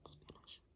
Spanish